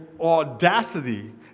audacity